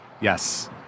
Yes